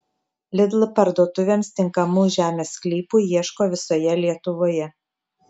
lidl parduotuvėms tinkamų žemės sklypų ieško visoje lietuvoje